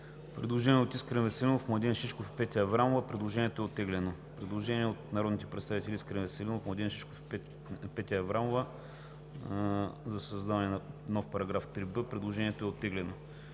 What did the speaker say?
Предложението е оттеглено.